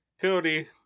Cody